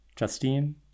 Justine